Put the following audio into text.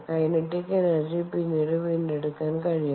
kinetic energy പിന്നീട് വീണ്ടെടുക്കാൻ കഴിയും